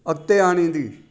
अॻिते आणींदी